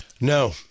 No